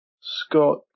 Scott